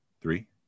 three